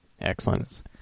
Excellent